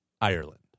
Ireland